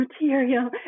material